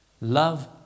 Love